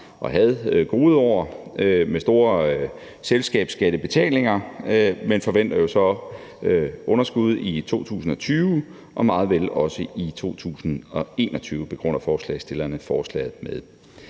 har haft gode år med store selskabsskattebetalinger, men jo så forventer underskud i 2020 og meget vel også i 2021. Det begrunder forslagsstillerne forslaget med.